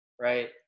Right